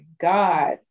God